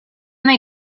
they